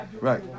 right